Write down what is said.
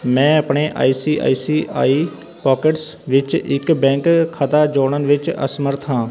ਮੈਂ ਆਪਣੇ I C I C I Pockets ਵਿੱਚ ਇੱਕ ਬੈਂਕ ਖਾਤਾ ਜੋੜਨ ਵਿੱਚ ਅਸਮਰੱਥ ਹਾਂ